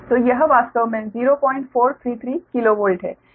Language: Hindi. तो यह वास्तव में 0433 किलोवोल्ट है